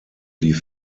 die